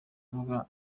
urubuga